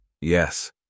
Yes